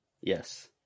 Yes